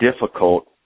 difficult